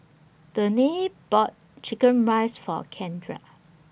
Danae bought Chicken Rice For Kendra